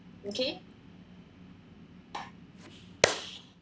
okay